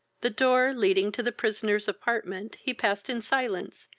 the door, leading to the prisoner's apartment, he passed in silence,